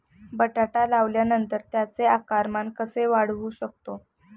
बटाटा लावल्यानंतर त्याचे आकारमान कसे वाढवू शकतो?